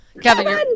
Kevin